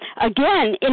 again